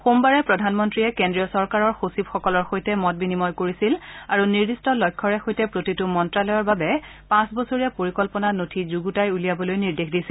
সোমবাৰে প্ৰধানমন্ত্ৰীয়ে কেন্দ্ৰীয় চৰকাৰৰ সচিবসকলৰ সৈতে মত বিনিময় কৰিছিল আৰু নিৰ্দিষ্ট লক্ষ্যৰে সৈতে প্ৰতিটো মন্ত্যালয়ৰ বাবে পাঁচ বছৰীয়া পৰিকল্পনা নথি যুগুতাই উলিওৱাবলৈ নিৰ্দেশ দিছিল